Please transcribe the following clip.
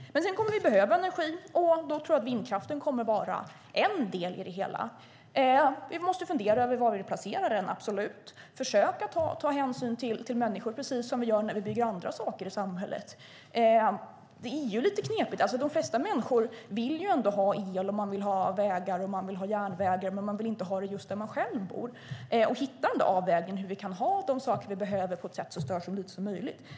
Vi kommer att behöva energi. Då tror jag att vindkraften kommer att vara en del i det hela. Vi måste absolut fundera över var vi placerar den och försöka ta hänsyn till människor, precis som vi gör när vi bygger andra saker i samhället. Det är lite knepigt. De flesta människor vill ändå ha el, vägar och järnvägar men inte just där de själva bor. Det är fråga om att hitta avvägningen så att vi kan ha de saker vi behöver på ett sätt som stör så lite som möjligt.